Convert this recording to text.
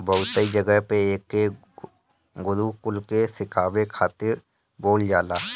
बहुते जगही पे एके गोरु कुल के खियावे खातिर बोअल जाला